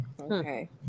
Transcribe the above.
Okay